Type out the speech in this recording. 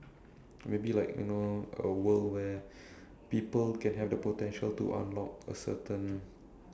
maybe like you know a world where people can have the potential to unlock a certain